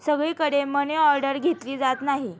सगळीकडे मनीऑर्डर घेतली जात नाही